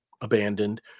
abandoned